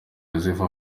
yozefu